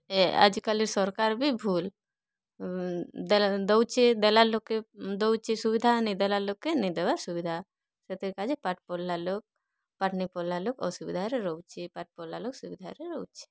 ଏ ଆଜିକାଲି ସରକାର୍ ବି ଭୁଲ୍ ଦେଲେ ଦୋଉଛେ ଦେଲା ଲୋକକେ ଦଉଛି ସୁଵିଧା ନେଇ ଦେଲା ଲୋକକେ ନେଇଦେବା ସୁବିଧା ସେଥିର୍ କାଜି ପାଠ୍ ପଢ଼ଲା ଲୋକ୍ ପାଠ୍ ନେଇ ପଢ଼ଲା୍ ଲୋକ୍ ଅସୁବିଧାରେ ରହୁଛି ଏ ପାଠ୍ ପଢ଼ଲା ଲୋକ୍ ସୁବିଧାରେ ରହୁଛି